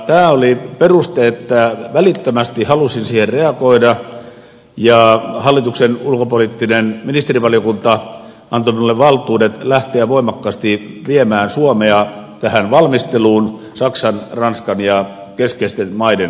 tämä oli peruste että välittömästi halusin siihen reagoida ja hallituksen ulkopoliittinen ministerivaliokunta antoi minulle valtuudet lähteä voimakkaasti viemään suomea tähän valmisteluun saksan ranskan ja keskeisten maiden kanssa